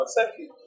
second